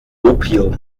opium